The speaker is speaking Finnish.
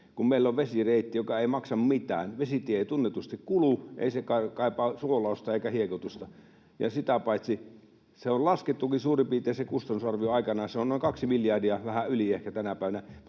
kun meillä on vesireitti, joka ei maksa mitään. Vesitie ei tunnetusti kulu, ei se kaipaa suolausta eikä hiekoitusta. Ja sitä paitsi se kustannusarvio on laskettukin aikanaan suurin piirtein. Se on noin kaksi miljardia, vähän yli ehkä tänä päivänä,